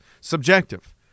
Subjective